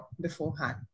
beforehand